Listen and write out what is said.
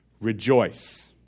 Rejoice